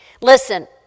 Listen